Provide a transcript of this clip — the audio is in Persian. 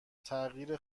تغییر